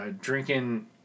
drinking